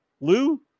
Lou